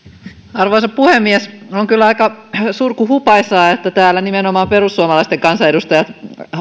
arvoisa puhemies on kyllä aika surkuhupaisaa että täällä nimenomaan perussuomalaisten kansanedustajat